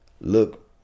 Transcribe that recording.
look